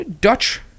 Dutch